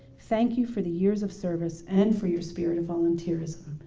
thank you for the years of service and for your spirit of volunteerism.